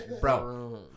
Bro